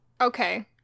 Okay